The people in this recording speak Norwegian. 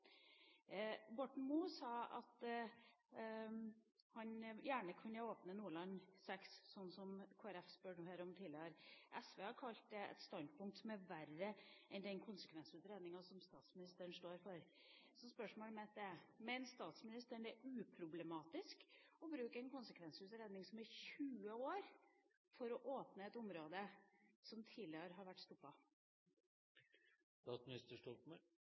Borten Moe sa at han gjerne kunne åpne Nordland VI, som Kristelig Folkeparti spurte om tidligere. SV har kalt det et standpunkt som er verre enn den konsekvensutredninga som statsministeren står for. Så spørsmålet mitt er: Mener statsministeren det er uproblematisk å bruke en konsekvensutredning som er 20 år, for å åpne et område som tidligere har vært